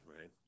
right